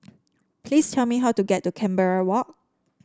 please tell me how to get to Canberra Walk